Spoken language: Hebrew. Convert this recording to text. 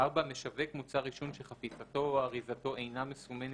(4)משווק מוצר עישון שחפיסתו או אריזתו אינה מסומנת,